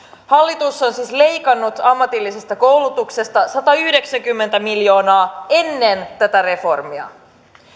hallitus on siis leikannut ammatillisesta koulutuksesta satayhdeksänkymmentä miljoonaa ennen tätä reformia